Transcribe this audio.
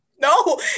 No